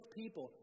people